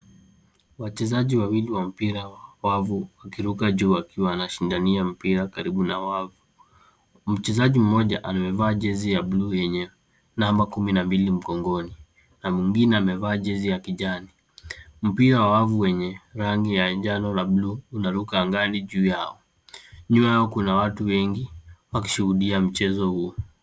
Wachezaji wawili wa mpira wa wavu wakiruka juu wakiwa wanashindania mpira karibu na wavu. Mchezaji mmoja amevaa jezi ya buluu yenye namba kumi na mbili mgongoni na mwingine amevaa jezi ya kijani. Mpira wa wavu wenye rangi ya njano na buluu unaruka angani juu yao. Nyuma yao kuna watu wengi wakishuhudia mchezo huu.